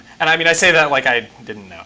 and i mean i say that like i didn't